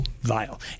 vile